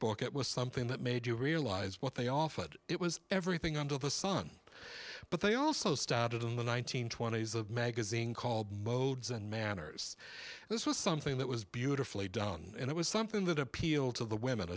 book it was something that made you realize what they offered it was everything under the sun but they also started in the one nine hundred twenty s a magazine called modes and manners this was something that was beautifully done and it was something that appealed to the women